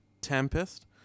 Tempest